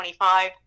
25